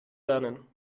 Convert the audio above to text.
lernen